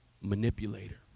manipulator